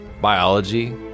biology